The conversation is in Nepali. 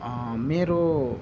मेरो